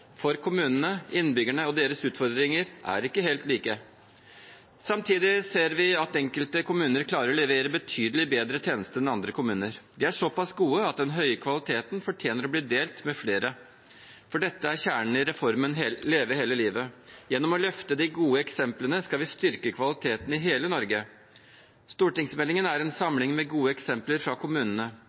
for kommunene, innbyggerne og deres utfordringer er ikke helt like. Samtidig ser vi at enkelte kommuner klarer å levere betydelig bedre tjenester enn andre kommuner. De er såpass gode at den høye kvaliteten fortjener å bli delt med flere. Dette er kjernen i reformen Leve hele livet. Gjennom å løfte de gode eksemplene skal vi styrke kvaliteten i hele Norge. Stortingsmeldingen er en samling med gode eksempler fra kommunene.